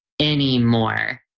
anymore